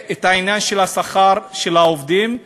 העניין של שכר העובדים,